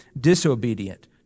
disobedient